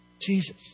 Jesus